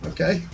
Okay